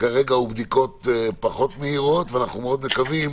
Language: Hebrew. שכרגע אלה בדיקות פחות מהירות ואנחנו מאוד מקווים